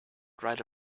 write